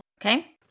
Okay